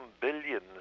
billions